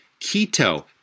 keto